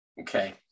Okay